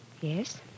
yes